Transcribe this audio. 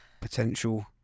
potential